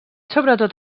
sobretot